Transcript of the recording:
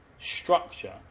structure